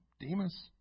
Demas